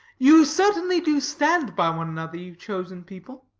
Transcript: you certainly do stand by one another, you chosen people,